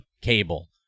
Cable